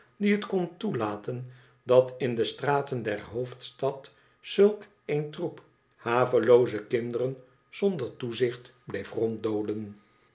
het kon toelaten dat in de straten der hoofdstad zulk een troep havelooze kinderen zonder toezicht